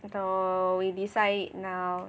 or we decide now